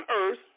earth